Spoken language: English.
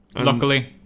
Luckily